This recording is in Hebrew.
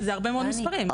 זה הרבה מאוד מספרים.